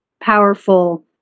powerful